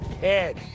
head